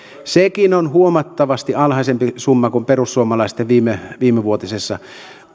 sekin on huomattavasti alhaisempi summa kuin perussuomalaisten viimevuotisessa